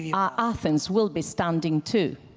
yeah our athens will be standing, too.